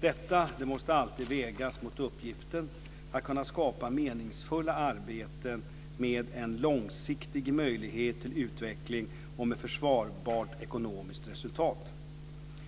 Detta måste alltid vägas mot uppgiften att kunna skapa meningsfulla arbeten med en långsiktig möjlighet till utveckling och med försvarbart ekonomiskt resultat.